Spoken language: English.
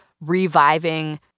reviving